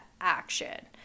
action